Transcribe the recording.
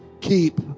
keep